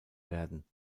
werden